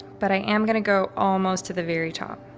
but i am going to go almost to the very top.